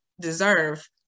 deserve